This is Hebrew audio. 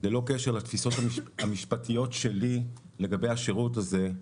ללא קשר לתפיסות המשפטיות שלי לגבי השירות הזה,